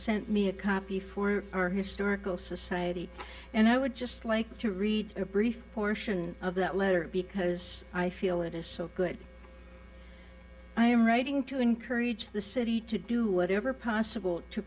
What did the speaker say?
sent me a copy for our historical society and i would just like to read a brief portion of that letter because i feel it is so good i am writing to encourage the city to do whatever possible to